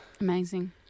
Amazing